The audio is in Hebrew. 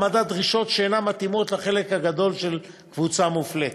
העמדת דרישות שאינן מתאימות לחלק הגדול של קבוצה מופלית.